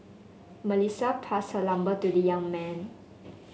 Melissa passed her number to the young man